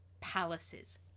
palaces